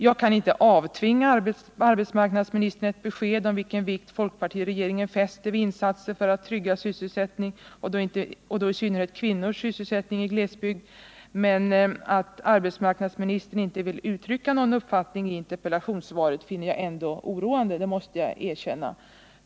Jag kan inte avtvinga arbetsmarknadsministern ett besked om vilken vikt folkpartiregeringen fäster vid insatser för att trygga sysselsättning, och då i synnerhet kvinnors sysselsättning, i glesbygd, men att arbetsmarknadsministern inte vill uttrycka någon uppfattning i interpellationssvaret finner jag ändå oroande — det måste jag erkänna.